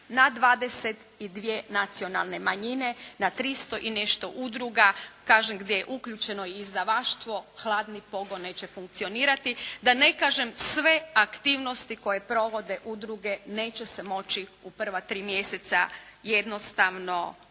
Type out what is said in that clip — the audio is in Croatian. na 22 nacionalne manjine, na tristo i nešto udruga kažem gdje je uključeno i izdavaštvo hladni pogon neće funkcionirati. Da ne kažem sve aktivnosti koje provode udruge neće se moći u prva tri mjeseca jednostavno